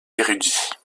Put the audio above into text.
érudit